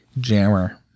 jammer